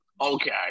Okay